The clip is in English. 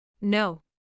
No